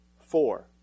four